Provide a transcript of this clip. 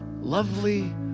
lovely